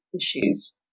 issues